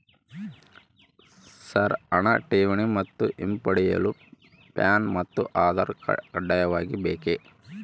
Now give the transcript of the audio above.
Sir ಹಣ ಠೇವಣಿ ಮತ್ತು ಹಿಂಪಡೆಯಲು ಪ್ಯಾನ್ ಮತ್ತು ಆಧಾರ್ ಕಡ್ಡಾಯವಾಗಿ ಬೇಕೆ?